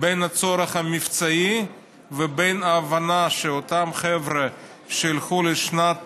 בין הצורך המבצעי לבין ההבנה שאותם חבר'ה שילכו לשנת